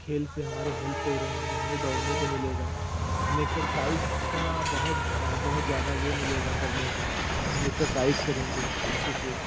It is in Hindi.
खेल से हमारे हेल्थ रहेंगे हमें दौड़ने को मिलेगा हमें एक्सरसाइज का बहुत बहुत ज़्यादा वो मिलेगा करने को हम एक्सरसाइज करेंगे अच्छे से